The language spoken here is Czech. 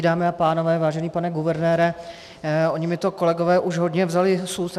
Dámy a pánové, vážený pane guvernére, oni mi to kolegové už hodně vzali z úst.